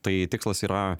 tai tikslas yra